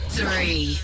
Three